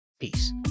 Peace